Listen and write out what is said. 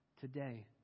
Today